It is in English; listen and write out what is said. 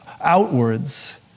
outwards